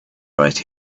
right